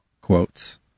quotes